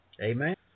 Amen